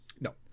No